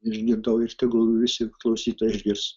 išgirdau ir tegul visi klausytojai išgirs